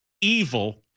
evil